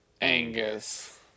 Angus